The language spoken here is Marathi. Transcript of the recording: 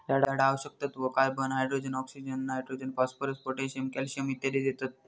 झाडा आवश्यक तत्त्व, carbon, hydrogen, oxygen, nitrogen, phosphorus, potassium, calcium इत्यादी देतत